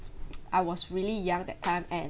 I was really young that time and